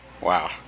Wow